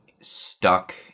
stuck